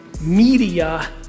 Media